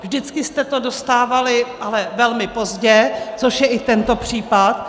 Vždycky jste to dostávali ale velmi pozdě, což je i tento případ.